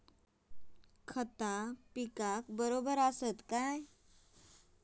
खता पिकाक बराबर आसत काय?